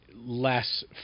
less